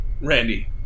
Randy